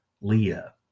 Leah